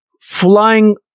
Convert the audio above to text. flying